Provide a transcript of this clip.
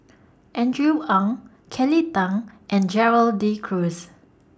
Andrew Ang Kelly Tang and Gerald De Cruz